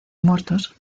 muertos